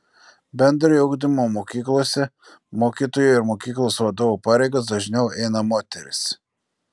bendrojo ugdymo mokyklose mokytojų ir mokyklos vadovų pareigas dažniau eina moterys